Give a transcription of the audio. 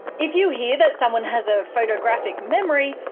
if you hear that someone has a photographic memory,